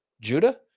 Judah